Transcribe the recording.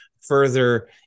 further